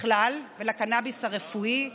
בכלל ולקנביס הרפואי בפרט.